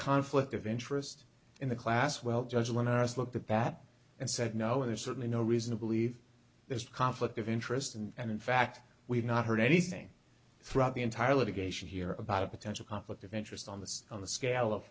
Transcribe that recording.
conflict of interest in the class well just let us look the bat and said no there's certainly no reason to believe there's a conflict of interest and in fact we've not heard anything throughout the entire litigation here about a potential conflict of interest on the on the scale of